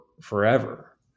forever